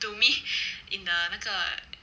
to me in the 那个